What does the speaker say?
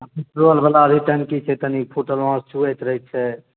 आ पेट्रोल बला जे टंकी छै तनी फुटल वहाँ सँ चुवैत रहै छै